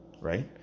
right